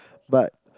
but